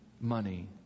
money